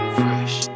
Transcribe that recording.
fresh